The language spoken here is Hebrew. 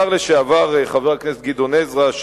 השר לשעבר חבר הכנסת גדעון עזרא,